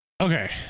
Okay